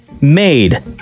Made